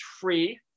free